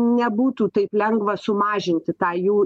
nebūtų taip lengva sumažinti tą jų